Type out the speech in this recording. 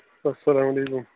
اَسلام علیکُم